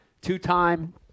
Two-time